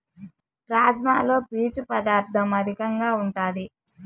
రాజ్మాలో పీచు పదార్ధం అధికంగా ఉంటాది